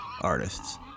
artists